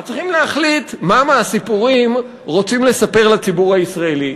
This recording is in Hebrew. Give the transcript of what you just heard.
אז צריכים להחליט מה מהסיפורים רוצים לספר לציבור הישראלי,